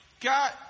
God